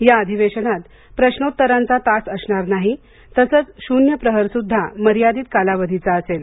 या अधिवेशनात प्रश्नोत्तरांचा तास असणार नाही तसंच शून्य प्रहरसुद्धा मर्यादित कालावधीचा असेल